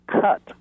cut